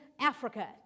Africa